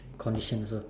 condition also